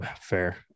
fair